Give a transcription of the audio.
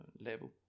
level